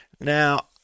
Now